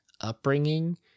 upbringing